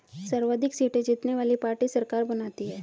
सर्वाधिक सीटें जीतने वाली पार्टी सरकार बनाती है